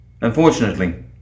Unfortunately